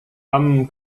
haben